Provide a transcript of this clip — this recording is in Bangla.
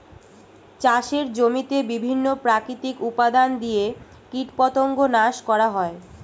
চাষের জমিতে বিভিন্ন প্রাকৃতিক উপাদান দিয়ে কীটপতঙ্গ নাশ করা হয়